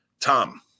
Tom